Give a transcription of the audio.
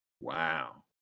Wow